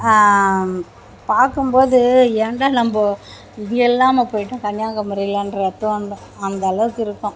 பார்க்கும்போது ஏன்டா நம்ம இங்கில்லாம போய்ட்டோம் கன்னியாகுமரியில இல்லாமன்ற முறையில் தோன்றும் அந்த அளவுக்கு இருக்கும்